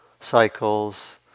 cycles